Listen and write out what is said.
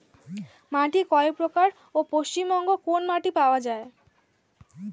মাটি কয় প্রকার ও পশ্চিমবঙ্গ কোন মাটি পাওয়া য়ায়?